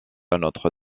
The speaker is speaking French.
notre